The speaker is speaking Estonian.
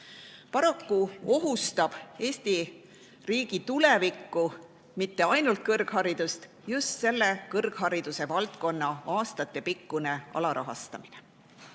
Paraku ohustab Eesti riigi tulevikku, mitte ainult kõrgharidust, just selle kõrgharidusvaldkonna aastatepikkune alarahastamine.